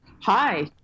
Hi